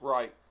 Right